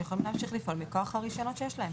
הם יכולים להמשיך לפעול מכוח הרישיונות שיש להם.